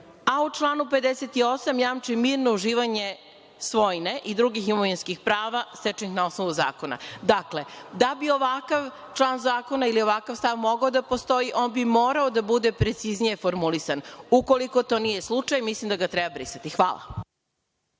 a u članu 58. jamči mirno uživanje svojine i drugih imovinskih prava, stečenih na osnovu zakona. Dakle, da bi ovakav član zakona ili ovakav stav mogao da postoji, on bi morao da bude preciznije formulisan. Ukoliko to nije slučaj, mislim da ga treba brisati. Hvala.